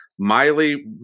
Miley